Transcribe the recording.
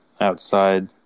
outside